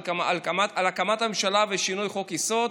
על הקמת הממשלה ושינוי חוק-יסוד,